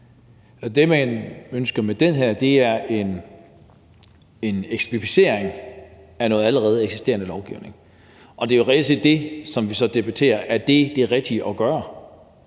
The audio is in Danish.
Det, man ønsker med det her, er en eksplicitering af noget allerede eksisterende lovgivning, og det er reelt set det, som vi så debatterer, nemlig om det så er det rigtige at gøre.